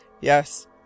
Yes